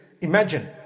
Imagine